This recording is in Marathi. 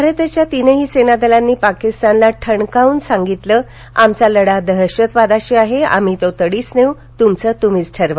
भारताच्या तीनही सेनादलांनी पाकीस्तानला ठणकावून सांगितलं आमचा लढा दहशतवादाशी आहे आम्ही तो तडीस नेऊ तूमचं तूम्ही ठरवा